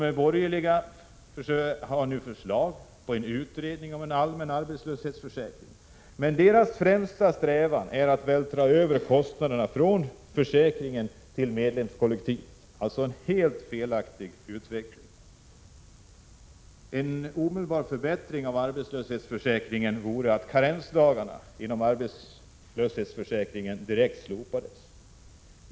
De borgerliga har nu förslag på en utredning om allmän arbetslöshetsförsäkring, men deras främsta strävan är att vältra över kostnaderna från försäkringen till medlemskollektivet — en helt felaktig utveckling. En omedelbar förbättring av arbetslöshetsförsäkringen vore att karensdagarna direkt slopades.